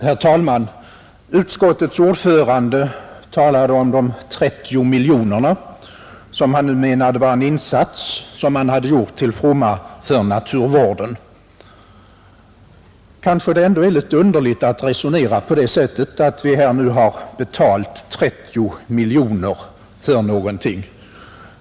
Herr talman! Utskottets ordförande talade om de 30 miljonerna som han menade vara en insats som man gör till fromma för naturvården, Kanske det ändå är litet underligt att resonera på det sättet att vi nu betalar 30 miljoner för någonting.